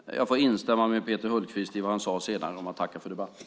Fru talman! Jag får instämma med Peter Hultqvist och tacka för debatten.